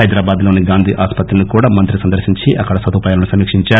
హైదరాబాద్ లోని గాంధీ ఆసుపత్రిని కూడా మంత్రి సందర్భించి అక్కడి సదుపాయాలను సమీక్షీంచారు